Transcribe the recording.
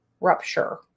Rupture